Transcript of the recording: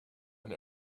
and